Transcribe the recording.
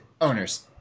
owners